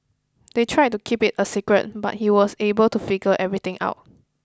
they tried to keep it a secret but he was able to figure everything out